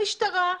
במשטרה.